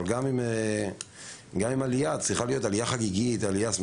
אבל גם אם עולים זו צריכה להיות עלייה חגיגית ושמחה.